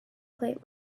plate